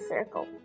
Circle